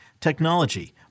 technology